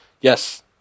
Yes